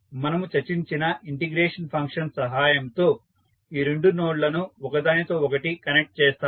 మనము చర్చించిన integration function సహాయంతో ఈ రెండు నోడ్లను ఒకదానితో ఒకటి కనెక్ట్ చేస్తాము